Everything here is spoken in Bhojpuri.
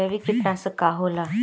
जैविक कीटनाशक का होला?